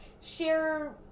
share